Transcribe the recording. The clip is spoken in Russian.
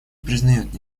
признает